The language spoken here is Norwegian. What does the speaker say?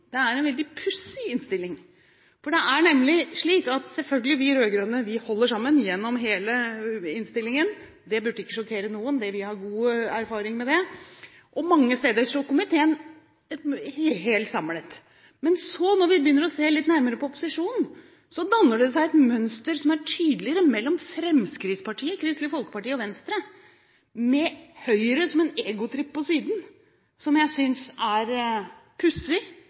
er en politisk veldig, veldig interessant innstilling – og det er en veldig pussig innstilling. Vi rød-grønne holder sammen gjennom hele innstillingen – det burde ikke sjokkere noen, vi har god erfaring med det – og mange steder står komiteen helt samlet. Men når vi begynner å se litt nærmere på opposisjonen, danner det seg et mønster som er tydeligere mellom Fremskrittspartiet, Kristelig Folkeparti og Venstre, mens Høyre har en egotripp på siden. Det synes jeg er pussig